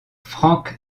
franck